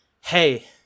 hey